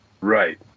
Right